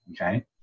Okay